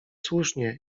słusznie